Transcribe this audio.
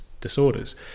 disorders